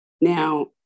Now